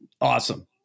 awesome